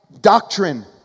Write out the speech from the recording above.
doctrine